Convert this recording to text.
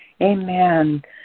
Amen